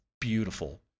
beautiful